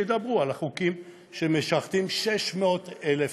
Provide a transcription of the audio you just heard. שידברו על החוקים שמשרתים 600,000 איש,